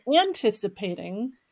anticipating